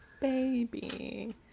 Baby